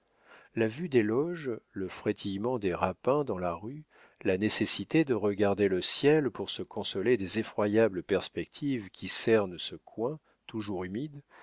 la vue des loges le frétillement des rapins dans la rue la nécessité de regarder le ciel pour se consoler des effroyables perspectives qui cernent ce coin toujours humide